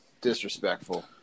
disrespectful